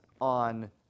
on